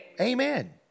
Amen